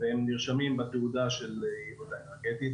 והם נרשמים בתעודה של היעילות האנרגטית